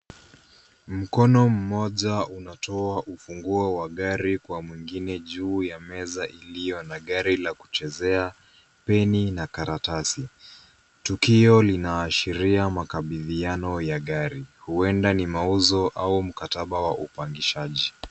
Mkono mmoja unatoa ufunguo wa gari, kwa mwingine juu ya meza iliyo na gari la kuchezea, peni na karatasi. Tukio linaashiria makabidhiano ya gari, huenda ni mauzo au mkataba wa upangishaji.